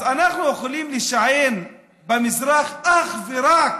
אז אנחנו יכולים להישען במזרח אך ורק